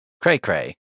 Cray-cray